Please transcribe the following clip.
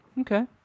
Okay